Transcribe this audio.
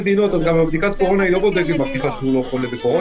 בדיקת קורונה לא בודקת שהוא לא חולה בקורונה.